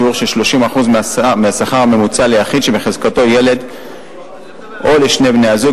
לשיעור של 30% מהשכר הממוצע ליחיד שבחזקתו ילד או לשני בני-הזוג,